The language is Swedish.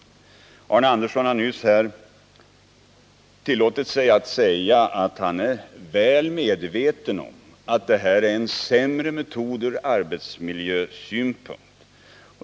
Arne Andersson i Ljung har nyss sagt att han är väl medveten om att markbesprutning är en sämre metod ur arbetsmiljösynpunkt.